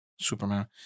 superman